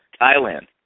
Thailand